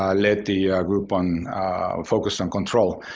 um led the group on focused on control.